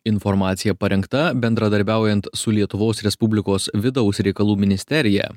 informacija parengta bendradarbiaujant su lietuvos respublikos vidaus reikalų ministerija